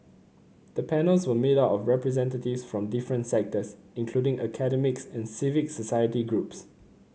the panels were made up of representatives from different sectors including academics and civic society groups